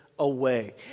away